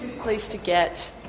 place to get